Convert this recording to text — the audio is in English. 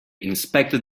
inspected